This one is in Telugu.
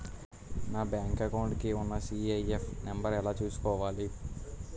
నా బ్యాంక్ అకౌంట్ కి ఉన్న సి.ఐ.ఎఫ్ నంబర్ ఎలా చూసుకోవాలి?